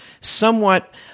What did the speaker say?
somewhat